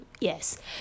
yes